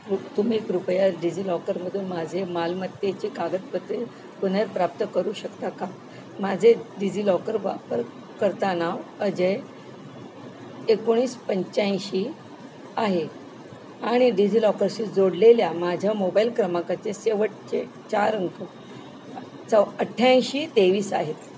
तुम्ही कृपया डिजि लॉकरमधून माझे मालमत्तेचे कागदपत्रे पुनर्प्राप्त करू शकता का माझे डिजि लॉकर वापरकर्ता नाव अजय एकोणीस पंच्याऐंशी आहे आणि डिझि लॉकरशी जोडलेल्या माझ्या मोबाईल क्रमांकाचे शेवटचे चार अंक चौ अठ्ठ्याऐंशी तेवीस आहेत